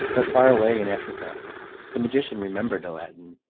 but far away in africa the magician remembered aladdin,